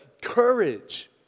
courage